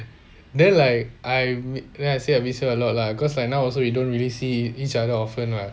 then like I then I say I miss her a lot lah cause like now also we don't really see each other often lah